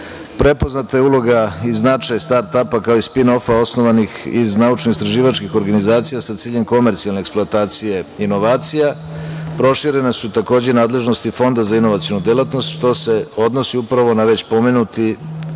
oblast. Prepoznata je uloga i značaj startapa, kao i spinofa, osnovanih iz naučnoistraživačkih organizacija sa ciljem komercijalne eksploatacije inovacija. Proširene su takođe nadležnosti Fonda za inovacionu delatnost, što se odnosi upravo na već pomenuti